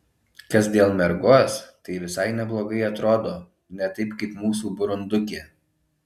kas dėl mergos tai visai neblogai atrodo ne taip kaip mūsų burundukė